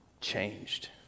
changed